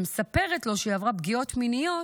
שמספרת לו שהיא עברה פגיעות מיניות,